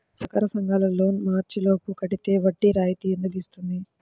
సహకార సంఘాల లోన్ మార్చి లోపు కట్టితే వడ్డీ రాయితీ ఎందుకు ఇస్తుంది?